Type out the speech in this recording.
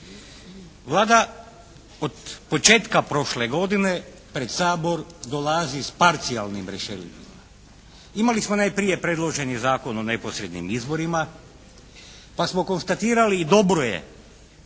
Vlada od početka prošle godine pred Sabor dolazi sa parcijalnim rješenjima. Imali smo najprije predloženi Zakon o neposrednim izborima. Pa smo konstatirali, i dobro je,